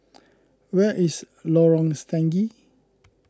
where is Lorong Stangee